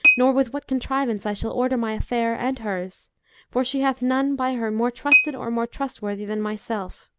nor with what contrivance i shall order my affair and hers for she hath none by her more trusted or more trustworthy than myself